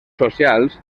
socials